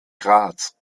graz